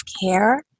care